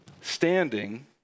standing